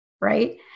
right